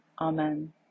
amen